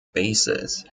bases